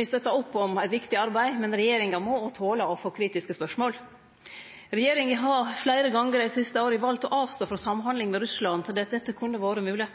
Me støttar opp om eit viktig arbeid, men regjeringa må òg tole å få kritiske spørsmål. Regjeringa har fleire gonger dei siste åra valt å avstå frå samhandling med Russland der dette kunne vore mogleg.